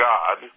God